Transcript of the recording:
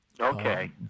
Okay